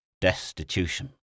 Destitution